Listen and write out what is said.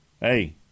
hey